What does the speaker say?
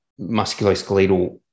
musculoskeletal